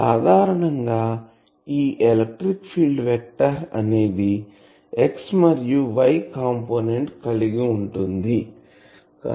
సాధారణంగా ఈ electric field vector అనేది X మరియు Y కంపోనెంట్ కలిగి ఉంటుంది